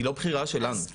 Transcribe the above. היא לא בחירה שלנו.